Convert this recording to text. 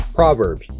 Proverbs